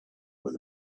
where